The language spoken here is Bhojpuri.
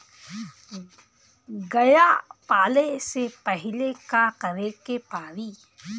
गया पाले से पहिले का करे के पारी?